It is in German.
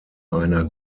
einer